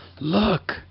look